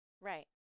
Right